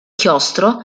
chiostro